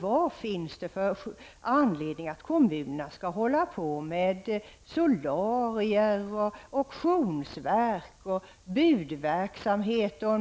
Vad finns det för anledning för kommunerna att hålla på med solarier, auktionsverk, budverksamhet och